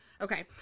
Okay